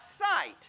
sight